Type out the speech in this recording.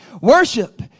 Worship